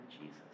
Jesus